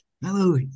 Hello